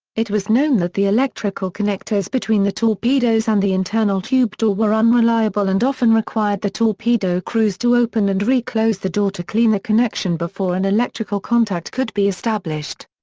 it was known that the electrical connectors between the torpedoes and the internal tube door were unreliable and often required the torpedo crews to open and re-close the door to clean the connection before an electrical contact could be established.